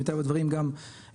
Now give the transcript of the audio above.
מטבע הדברים גם יקרים,